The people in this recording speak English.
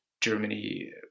Germany